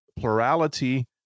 Plurality